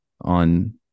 on